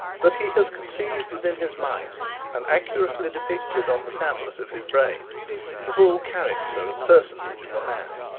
that he has conceived within his mind and accurately depicted on the tablet of his brain the full character and personage of a man,